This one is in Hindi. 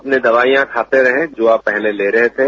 अपनी दवाइयां खाते रहें जो आप पहले ले रहे थे